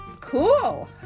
Cool